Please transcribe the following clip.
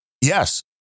Yes